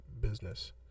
business